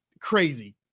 crazy